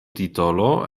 titolo